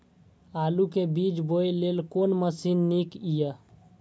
आलु के बीज बोय लेल कोन मशीन नीक ईय?